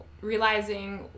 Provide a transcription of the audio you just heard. realizing